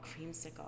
creamsicle